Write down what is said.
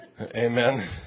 Amen